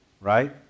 right